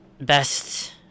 best